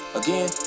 again